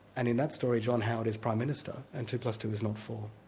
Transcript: and in that story john howard is prime minister and two plus two is not four.